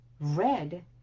red